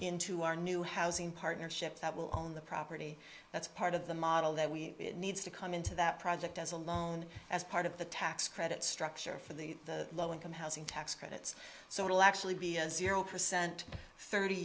into our new housing partnership that will own the property that's part of the model that we need to come into that project as alone as part of the tax credit structure for the low income housing tax credits so it'll actually be a zero percent thirty